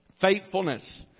Faithfulness